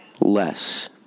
less